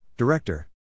Director